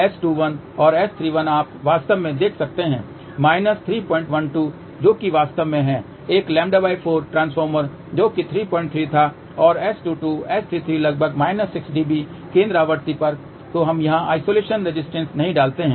S21 और S31 आप वास्तव में देख सकते हैं 312 जो वास्तव में है एक λ4 ट्रांसफॉर्मर जो कि 33 था और S22 S33 लगभग 6 dB केंद्र आवृत्ति परजो हम यहां आइसोलेशन रेजिस्टेंस नहीं डालते हैं